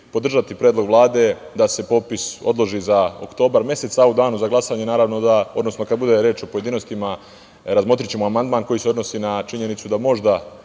podržati predlog Vlade da se popis odloži za oktobar mesec, a u danu za glasanje, odnosno kada bude reč u pojedinostima, razmotrićemo amandman koji se odnosi na činjenicu da možda